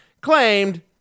claimed